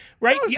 right